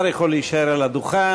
השר יכול להישאר על הדוכן.